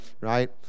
right